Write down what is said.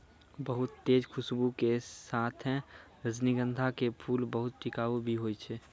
बहुत तेज खूशबू के साथॅ रजनीगंधा के फूल बहुत टिकाऊ भी हौय छै